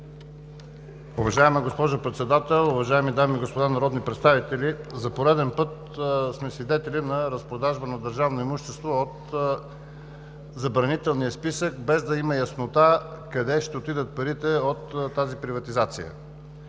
Уважаема госпожо Председател, уважаеми дами и господа народни представители! За пореден път сме свидетели на разпродажба на държавно имущество от Забранителния списък, без да има яснота къде ще отидат парите от тази приватизация.